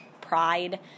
pride